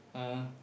uh